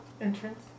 Entrance